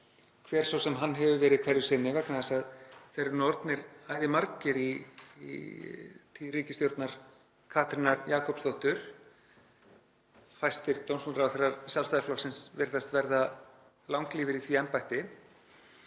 hver svo sem hann hefur verið hverju sinni vegna þess að þeir eru orðnir æðimargir í tíð ríkisstjórnar Katrínar Jakobsdóttur. Fæstir dómsmálaráðherrar Sjálfstæðisflokksins virðast verða langlífir í því embætti